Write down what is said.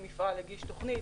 אם מפעל הגיש תוכנית,